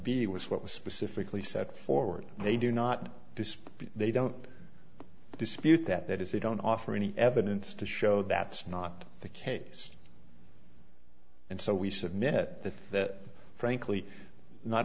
b was what was specifically set forward they do not do this they don't dispute that that is they don't offer any evidence to show that's not the case and so we submit that that frankly not